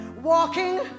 walking